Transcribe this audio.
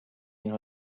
این